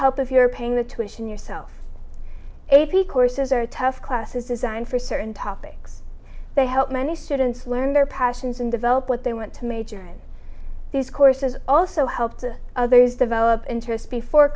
help if you're paying the tuition yourself a p courses are tough classes designed for certain topics they help many students learn their passions and develop what they want to major these courses also help to others develop interest before